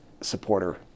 supporter